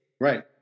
Right